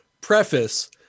preface